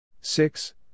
Six